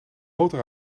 motor